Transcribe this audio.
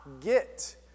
get